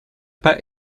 pas